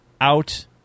out